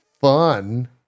fun